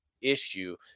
issue